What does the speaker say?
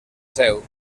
seu